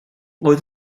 oedd